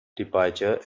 departure